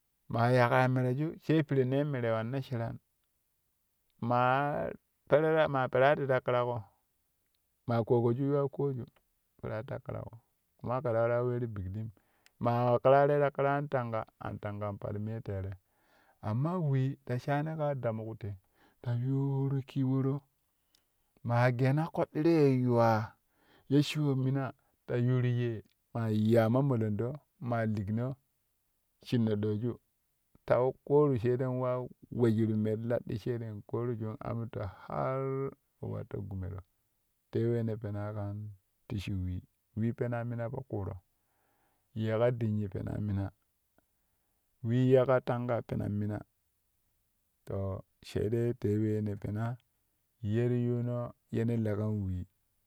Maa yiƙƙa ya mereju sai pirennee meneu wannan sheraan maa perereman peraro ti ta ƙuraƙo maa ƙogoju yuwai ƙoju peerat ta ƙuraƙo kuma kɛ ta waraa weeru bikliim maa wa ƙeraroi ti ƙiro an tanga, an tangan pal miyen tere amma wee ta shani ka damuk te ta yuuru kiworo maa geena koɗɗiro yee yuwa ye shiwo mina ta yuuru yee maa yiyaa mamolondo ma ligino shinno dooju ta yiu koru shende wa wejuru me ti laɗɗi shere kooruju amitto har we war ta gumero te wee ne penaa kan ti shi wee, wee penaa mina po kuuro yeƙa dinnyi penan mina wee yeƙa tanga penan mina to sai dai te we ne penaa ye ti yuuno yene leƙa wee.